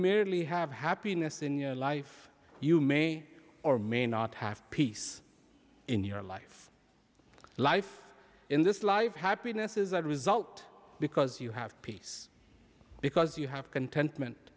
merely have happiness in your life you may or may not have peace in your life life in this life happiness is a result because you have peace because you have contentment